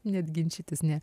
net ginčytis ne